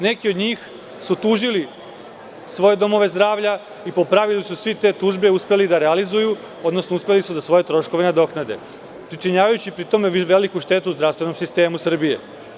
Neki od njih su tužili svoje domove zdravlja i po pravilu su svi te tužbe uspeli da realizuju, odnosno, uspeli su da svoje troškove nadoknade, pričinjavajući pri tome veliku štetu zdravstvenom sistemu Srbije.